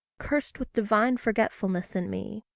cursed with divine forgetfulness in me.